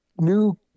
new